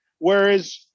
Whereas